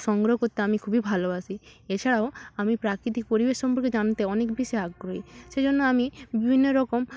সংগ্রহ করতে আমি খুবই ভালোবাসি এছাড়াও আমি প্রাকৃতিক পরিবেশ সম্পর্কে জানতে অনেক বেশি আগ্রহী সেজন্য আমি বিভিন্ন রকম